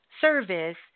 service